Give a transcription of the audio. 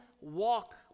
walk